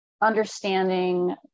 understanding